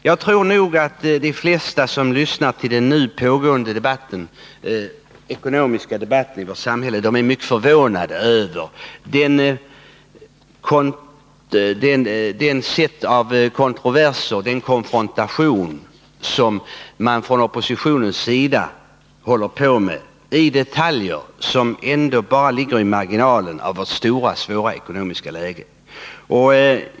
Jag tror att de flesta som lyssnar till den pågående ekonomiska debatten i vårt samhälle är mycket förvånade över den konfrontation som oppositionen håller på med i detaljer som ändå bara ligger i marginalen när det gäller att komma till rätta med vårt ekonomiska läge.